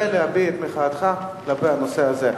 ולהביע את מחאתך על הנושא הזה.